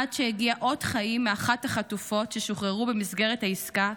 עד שהגיע אות חיים מאחת החטופות ששוחררו במסגרת העסקה,